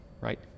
right